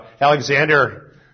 Alexander